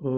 ଓ